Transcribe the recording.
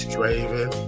Draven